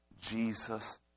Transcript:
jesus